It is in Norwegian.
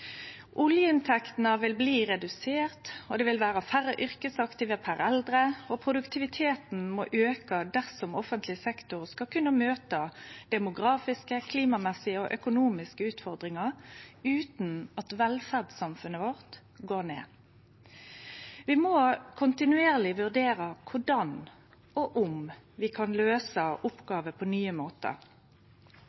Oljeinntektene vil bli reduserte, det vil vere færre yrkesaktive per eldre, og produktiviteten må auke dersom offentleg sektor skal kunne møte demografiske, klimamessige og økonomiske utfordringar utan at velferdssamfunnet vårt går ned. Vi må kontinuerleg vurdere korleis og om vi kan